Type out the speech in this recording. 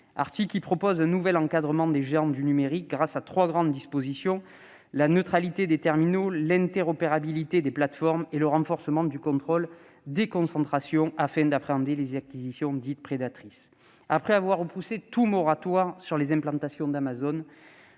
l'article 4 propose un nouvel encadrement des géants du numérique, au travers de trois grandes dispositions : la neutralité des terminaux, l'interopérabilité des plateformes et le renforcement du contrôle des concentrations afin d'appréhender les acquisitions dites prédatrices. Après avoir repoussé tout moratoire sur les implantations d'Amazon,